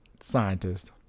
scientist